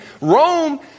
Rome